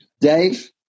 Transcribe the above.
Dave